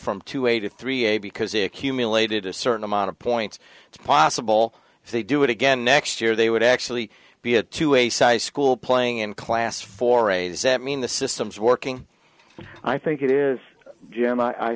from two a to three a because it accumulated a certain amount of points it's possible if they do it again next year they would actually be a two a size school playing in class for ages that mean the system's working i think it is jan i